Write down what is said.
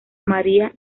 maria